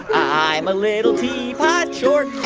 i'm a little teapot, short